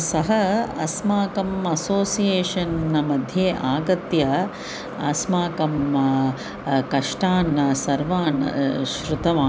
सः अस्माकं असोसियेशन्मध्ये आगत्य अस्माकं कष्टान् सर्वान् श्रुतवान्